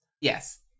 Yes